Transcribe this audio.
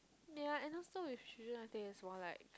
ya and also with children I think is more like